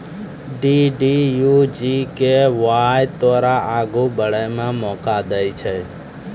DDU GKY तोरा आगू बढ़ै के मौका दै छै